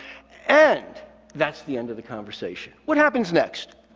and that's the end of the conversation. what happens next?